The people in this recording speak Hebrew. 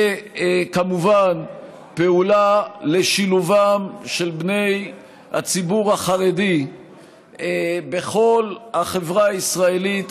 וכמובן פעולה לשילובם של בני הציבור החרדי בכל החברה הישראלית,